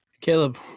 Caleb